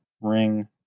ring